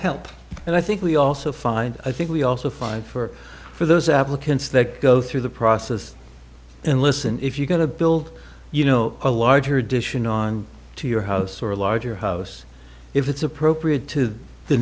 help and i think we also find i think we also find for for those applicants that go through the process and listen if you're going to build you know a larger edition on to your house or a larger house if it's appropriate to the